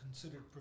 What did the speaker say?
considered